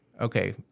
okay